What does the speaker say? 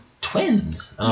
Twins